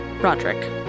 Roderick